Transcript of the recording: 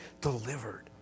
delivered